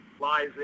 lies